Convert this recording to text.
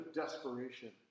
desperation